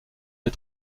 des